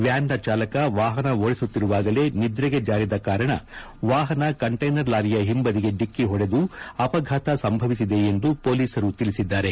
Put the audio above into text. ವ್ಯಾನ್ನ ಚಾಲಕ ವಾಹನ ಓಡುಸಿತ್ತಿರುವಾಗಲೇ ನಿದ್ರೆಗೆ ಜಾರಿದ ಕಾರಣ ವಾಹನ ಕಂಟೈನರ್ ಲಾರಿಯ ಹಿಂಬದಿಗೆ ಡಿಕ್ಕಿ ಹೊಡೆದು ಅಪಘಾತ ಸಂಭವಿಸಿದೆ ಎಂದು ಪೊಲೀಸರು ತಿಳಿಸಿದ್ದಾರೆ